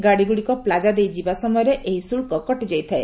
ଗାଡ଼ିଗୁଡ଼ିକ ପ୍ଲାଜାଦେଇ ଯିବା ସମୟରେ ଏହି ଶୁଳ୍କ କଟିବ